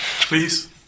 Please